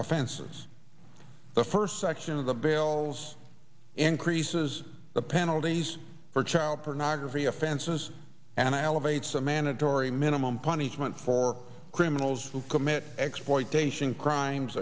offenses the first section of the bills increases the penalties for child pornography offenses and i elevates a mandatory minimum punishment for criminals who commit exploitation crimes